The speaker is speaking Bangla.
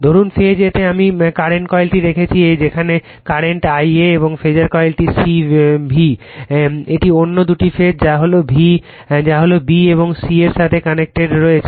ধরুন ফেজ a তে আমি বর্তমান কয়েলটি রেখেছি যেখানে কারেন্ট Ia এবং ফেজার কয়েলটি C V এটি অন্য দুটি ফেজ যা হলো b এবং c এর সাথে কানেক্টেড রয়েছে